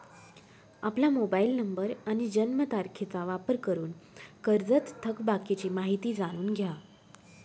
आपला mobile number आणि जन्मतारखेचा वापर करून कर्जत थकबाकीची माहिती जाणून घ्या